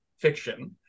fiction